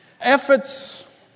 efforts